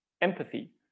empathy